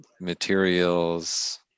materials